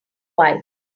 wine